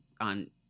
on